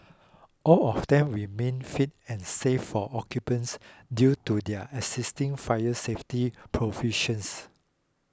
all of them remain fit and safe for occupancy due to their existing fire safety provisions